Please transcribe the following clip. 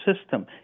system